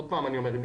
עוד פעם אני אומר,